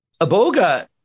Aboga